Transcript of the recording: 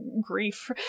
grief